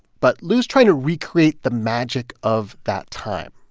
but lou's trying to recreate the magic of that time.